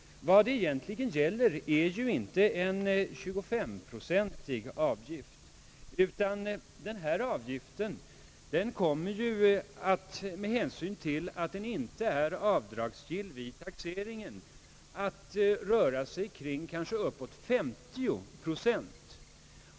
Vad det egentligen gäller är inte en 25 procentig avgift, utan tar man hänsyn till att avgiften inte är avdragsgill vid taxeringen rör den sig omkring uppåt 59 procent.